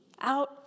out